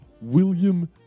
William